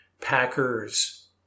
Packers